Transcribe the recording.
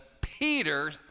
Peter